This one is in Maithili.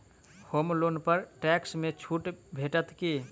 होम लोन पर टैक्स मे छुट भेटत की